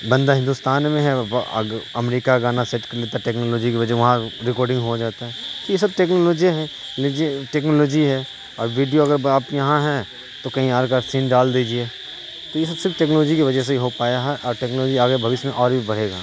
بندہ ہندوستان میں ہے امریکہ گانا سیٹ کر لیتا ہے ٹیکنالوجی کی وجہ وہاں ریکارڈنگ ہو جاتا ہے تو یہ سب ٹیکنالوجی ہے لیجیے ٹیکنالوجی ہے اور ویڈیو اگر آپ یہاں ہیں تو کہیں اور کا سین ڈال دیجیے تو یہ سب صرف ٹیکنالوجی کی وجہ سے ہو پایا ہے اور ٹیکنالوجی آگے بھویشیا میں اور بھی بڑھے گا